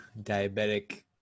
diabetic